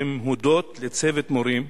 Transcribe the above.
הן הודות לצוות מורים,